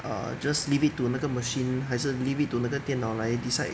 err just leave it to 那个 machine 还是 leave it to 那个电脑来 decide